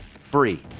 free